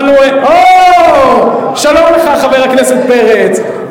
אוה, שלום לך, חבר הכנסת פרץ.